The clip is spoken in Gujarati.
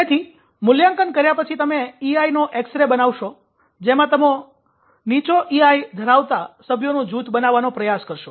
તેથી મૂલ્યાંકન કર્યા પછી તમે ઇઆઇ નો એક્સ રે બનાવશો જેમાં તમે નીચો ઇઆઇ ધરાવતા સભ્યોનું જૂથ બનાવવાનો પ્રયાસ કરશો